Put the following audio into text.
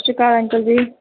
ਸਤਿ ਸ਼੍ਰੀ ਅਕਾਲ ਅੰਕਲ ਜੀ